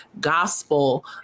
gospel